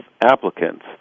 applicants